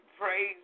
praise